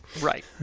Right